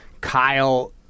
Kyle